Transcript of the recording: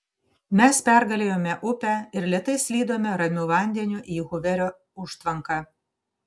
mes pergalėjome upę ir lėtai slydome ramiu vandeniu į huverio užtvanką